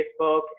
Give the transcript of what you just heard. Facebook